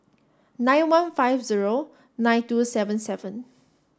nine one five zero nine two seven seven